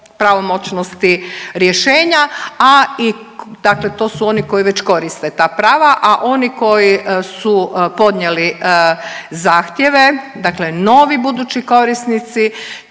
pravomoćnosti rješenja, a i dakle to su oni koji već koriste ta prava. A oni koji su podnijeli zahtjeve, dakle novi budući korisnici